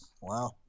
Wow